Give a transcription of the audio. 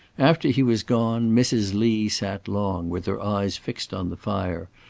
after he was gone, mrs. lee sat long, with her eyes fixed on the fire,